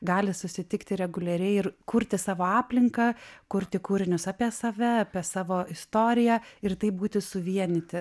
gali susitikti reguliariai ir kurti savo aplinką kurti kūrinius apie save apie savo istoriją ir taip būti suvienyti